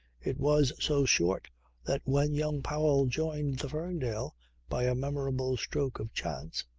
it was so short that when young powell joined the ferndale by a memorable stroke of chance,